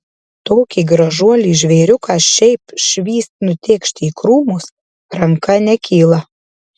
tokį gražuolį žvėriuką šiaip švyst nutėkšti į krūmus ranka nekyla